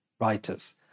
writers